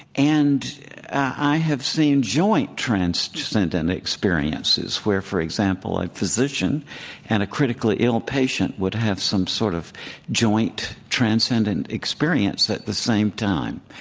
and i have seen joint transcendent and experiences where, for example, a physician and a critically ill patient would have some sort of joint transcendent experience at the same time.